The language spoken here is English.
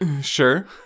Sure